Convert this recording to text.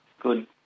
good